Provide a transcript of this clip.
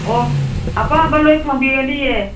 ꯑꯣ ꯑꯄꯥꯝꯕ ꯂꯣꯏ ꯐꯪꯕꯤꯒꯅꯤꯌꯦ